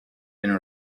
been